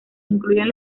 incluyen